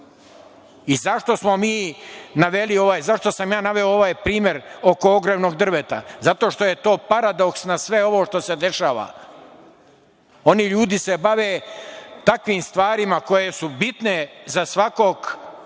sam ja naveo ovaj primer oko ogromnog drveta? Zato što je paradoksno sve ovo što se dešava. Ovi ljudi se bave takvim stvarima koje su bitne za svakog pojedinca